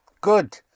Good